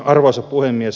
arvoisa puhemies